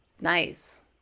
Nice